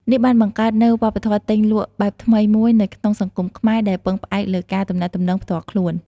នេះបានបង្កើតនូវវប្បធម៌ទិញលក់បែបថ្មីមួយនៅក្នុងសង្គមខ្មែរដែលពឹងផ្អែកលើការទំនាក់ទំនងផ្ទាល់ខ្លួន។